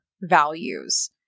values